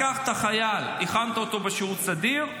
לקחת חייל, הכנת אותו בשירות סדיר,